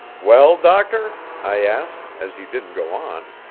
well, doctor? i asked, as he didn't go on.